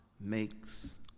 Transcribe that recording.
makes